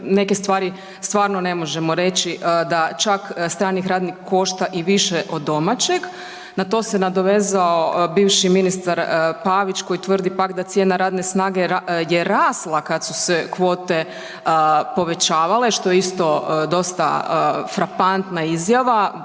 neke stvari stvarno ne možemo reći da čak strani radnik košta i više od domaćeg, na to se nadovezao bivših ministar Pavić koji tvrdi pak da cijena radne snage je rasla kad su se kvote povećavale, što je isto dosta frapantna izjava,